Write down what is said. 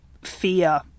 fear